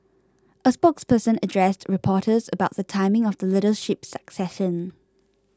a spokesperson addressed reporters about the timing of the leadership succession